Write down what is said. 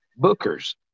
bookers